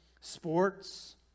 sports